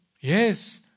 Yes